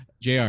JR